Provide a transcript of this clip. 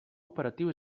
operatiu